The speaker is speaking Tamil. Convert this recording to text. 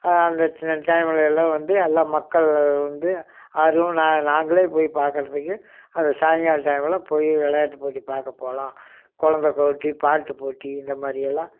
அந்தச் சின்ன டைமுலேலாம் வந்து எல்லாம் மக்கள் வந்து அதுவும் நா நாங்களே போய் பார்க்குறத்துக்கு அது சாயங்காலம் டைமில் போய் விளையாட்டு போட்டி பார்க்க போகலாம் கொழந்த போட்டி பாட்டுப் போட்டி இந்த மாதிரியெல்லாம்